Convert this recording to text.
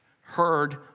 heard